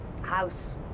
House